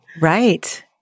Right